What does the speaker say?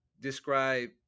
describe